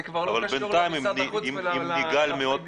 זה כבר לא קשור למשרד החוץ ול --- בינתיים